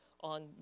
on